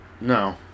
No